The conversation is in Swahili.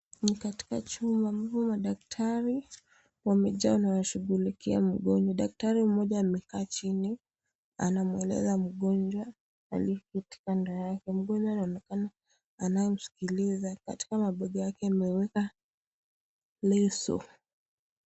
Ni katika chumba ambayo madaktari wamekaa na wanashughulikia mgonjwa. Daktari mmoja amekaa chini anamweleza mgonjwa aliye kando yake. Mgonjwa anaonekana anaye msikiliza. Katika magoti yake ameweka leso.